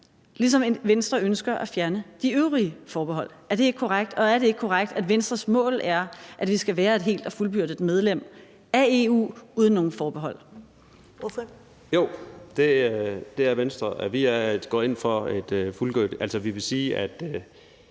ligesom Venstre ønsker at fjerne de øvrige forbehold. Er det ikke korrekt? Og er det ikke korrekt, at Venstres mål er, at vi skal være et helt og fuldbyrdet medlem af EU uden nogen forbehold? Kl. 11:54 Første næstformand